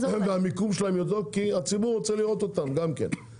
והמיקום שלהם יישאר כי הציבור רוצה לראות אותם בעיקר.